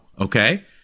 okay